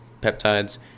peptides